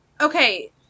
Okay